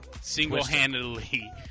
single-handedly